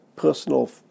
personal